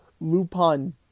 Lupin